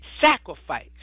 sacrifice